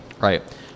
right